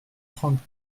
trente